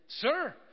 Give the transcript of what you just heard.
Sir